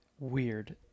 weird